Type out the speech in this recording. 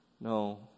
No